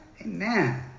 Amen